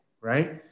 Right